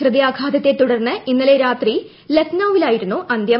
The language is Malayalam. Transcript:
ഹൃദയാഘാതത്തെ തുടർന്ന് ഇന്നലെ രാത്രി ലഖ്നൌവിലായിരുന്നു അന്തൃം